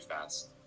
fast